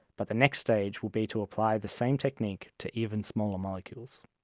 but the next stage will be to apply the same technique to even smaller molecules.